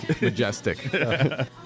majestic